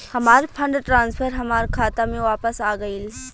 हमार fund transfer हमार खाता में वापस आ गइल